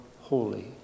holy